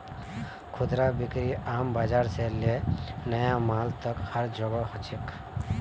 खुदरा बिक्री आम बाजार से ले नया मॉल तक हर जोगह हो छेक